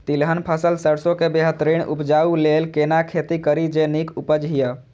तिलहन फसल सरसों के बेहतरीन उपजाऊ लेल केना खेती करी जे नीक उपज हिय?